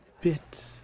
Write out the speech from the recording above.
bit